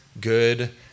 good